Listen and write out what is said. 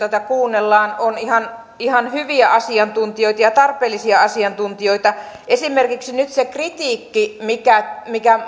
joita kuunnellaan ovat ihan hyviä asiantuntijoita ja tarpeellisia asiantuntijoita esimerkiksi nyt se kritiikki mikä mikä